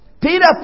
Peter